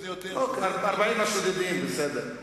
40 השודדים זה בסדר.